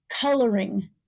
coloring